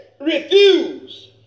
refuse